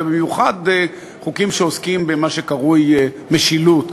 ובמיוחד חוקים שעוסקים במה שקרוי משילות.